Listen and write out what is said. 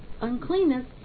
uncleanness